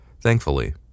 Thankfully